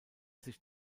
sich